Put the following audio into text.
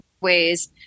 ways